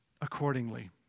accordingly